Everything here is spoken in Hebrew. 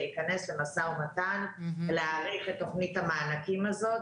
להיכנס למשא ומתן להאריך את תכנית המענקים הזאת,